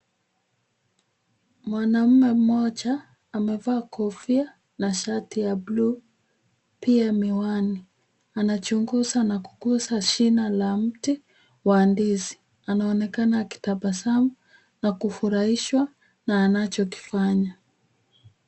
Mwanaume mmoja amevaa kofia na shati ya buluu pia miwani. Anachunguza ma kugusa shina la mti la ndizi, anaonekana kutabasamu na kufurahisha na anachokifanya.